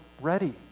ready